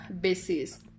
basis